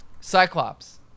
Cyclops